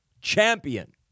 champion